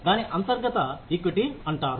దాని అంతర్గత ఈక్విటీ అంటారు